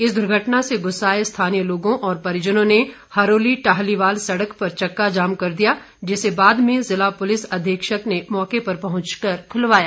इस दुर्घटना से गुस्साये स्थानीय लोगों और परिजनों ने हरोली टाहलीवाल सड़क पर चक्का जाम कर दिया जिसे बाद में जिला पुलिस अध्यक्ष ने मौके पर पहुंच कर खुलवाया